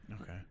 Okay